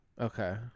Okay